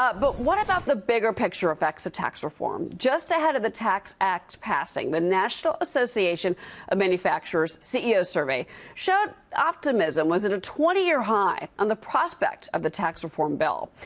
ah but what about the bigger picture effects of tax reform? just ahead of the act passing, the national association of manufacturers ceos' survey showed optimism was at a twenty year high on the prospect of the tax reform bill.